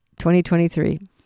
2023